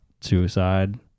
suicide